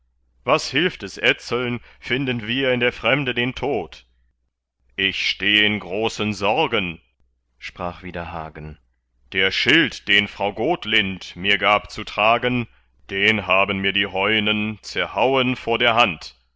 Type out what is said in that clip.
was hilft es etzeln finden wir in der fremde den tod ich steh in großen sorgen sprach wieder hagen der schild den frau gotlind mir gab zu tragen den haben mir die heunen zerhauen vor der hand